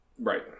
Right